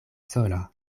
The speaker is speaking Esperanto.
sola